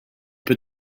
put